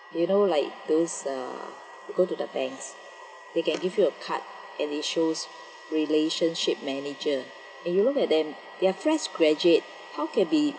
you know like those ah you go to the banks they can give you a card and it shows relationship manager and you look at them they're fresh graduate how can be